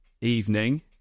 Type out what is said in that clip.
evening